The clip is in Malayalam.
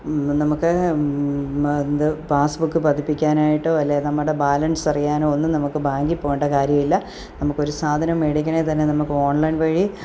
നമുക്ക് എന്താ പാസ് ബുക്ക് പതിപ്പിക്കാനായിട്ടോ അല്ലേ നമ്മുടെ ബാലൻസ് അറിയാനോ ഒന്നും നമുക്ക് ബാങ്കിൽ പോകേണ്ട കാര്യമില്ല നമുക്കൊരു സാധനം മേടിക്കണേ തന്നെ നമുക്ക് ഓൺലൈൻ വഴി